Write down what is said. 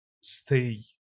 stay